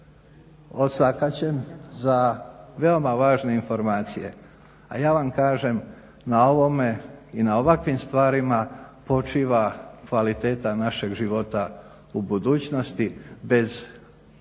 osakaćen za veoma važne informacije. A ja vam kažem na ovome i na ovakvim stvarima počiva kvaliteta našeg života u budućnosti. Bez stvaranja